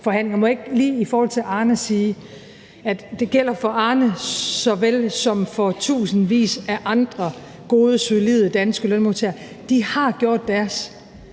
jeg ikke lige i forhold til Arne sige, at det gælder for Arne såvel som for tusindvis af andre gode, solide danske lønmodtagere, at de har gjort deres.